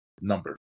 number